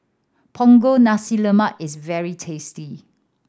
Punggol Nasi Lemak is very tasty